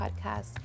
podcast